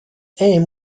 aim